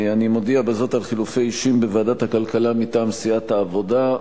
אני מודיע בזאת על חילופי אישים בוועדת הכלכלה: מטעם סיעת העבודה,